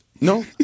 No